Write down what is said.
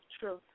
true